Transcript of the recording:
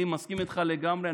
אני מסכים איתך לגמרי,